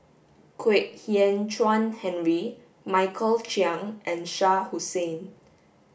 Kwek Hian Chuan Henry Michael Chiang and Shah Hussain